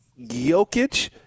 Jokic